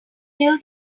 till